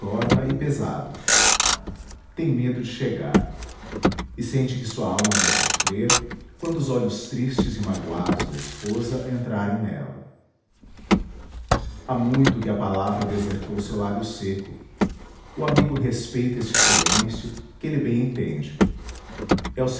torna e pesado tem medo de chegar e sente que sua alma vai sofrer quando os olhos tristes e magoados da esposa entrarem nela há muito que a palavra desertou seu lábio seco o amigo respeita este silêncio que ele bem entende é o